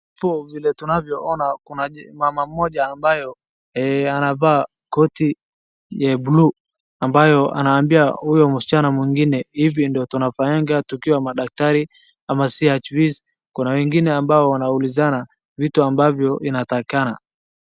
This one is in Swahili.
Hapo vile tunavyoona kuna mama mmoja ambaye anavaa koti ya buluu ambayo anaambia huyo msichana mwingine hivi ndo tunafanyanga tukiwa madaktari ama kuna wengine ambao wanaulizana vitu ambavyo inatakikana.